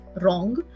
wrong